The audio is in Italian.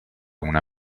una